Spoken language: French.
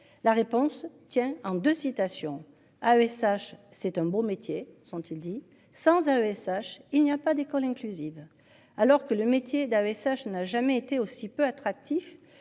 la réponse tient en 2 citations à ESH c'est un beau métier sont-ils dit sans à ESH, il n'y a pas d'école inclusive. Alors que le métier d'AESH n'a jamais été aussi peu attractif.